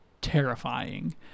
terrifying